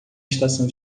estação